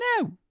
No